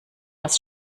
das